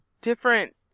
different